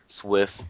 swift